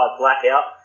blackout